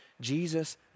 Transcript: Jesus